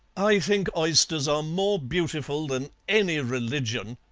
i think oysters are more beautiful than any religion,